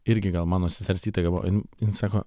irgi gal mano sesers įtaka buvo jin jin sako